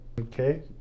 Okay